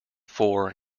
four